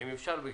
בקצרה.